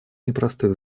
непростых